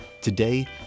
Today